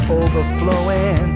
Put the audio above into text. overflowing